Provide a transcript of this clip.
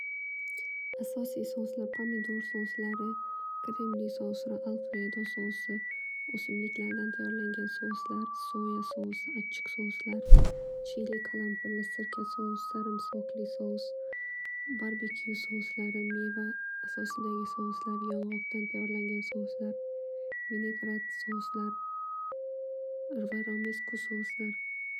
Asosiy souslar, pomidor souslari, kremli souslar, alfredo sousi, o'simliklardan tayyorlangan souslar, soya sousi, achhiq souslar, chilikalampirli sirka sousi, sarimsoqli sous, barbekue souslar, meva asosidagi souslar, yong'oqdan tayyorlangan souslar, grad souslar, rizaramesko souslar.